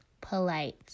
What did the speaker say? polite